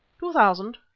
two thousand,